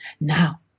Now